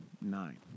Nine